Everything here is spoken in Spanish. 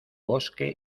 bosque